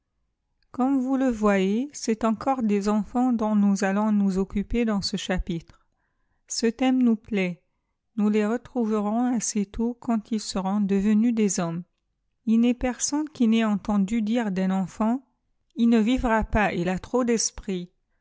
comme vous te vojez c'est encoredes enfants dont nous allons nous occuper dans ce chapitre ce thème nous plait nous les retrouverons assez tôt quand ils seront devenus des hommes j ii n'est personne qui n'ait entendu dire d'un enfant il ne v vra pas il a trop d